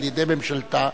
על-ידי ממשלתה,